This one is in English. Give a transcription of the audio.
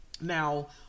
Now